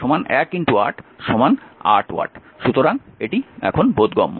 সুতরাং এটি বোধগম্য